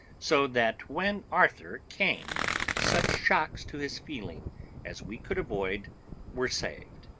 so that when arthur came such shocks to his feelings as we could avoid were saved.